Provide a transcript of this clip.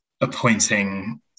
appointing